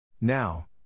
Now